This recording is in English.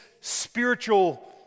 spiritual